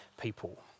people